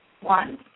One